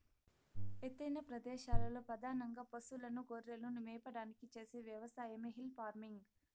ఎత్తైన ప్రదేశాలలో పధానంగా పసులను, గొర్రెలను మేపడానికి చేసే వ్యవసాయమే హిల్ ఫార్మింగ్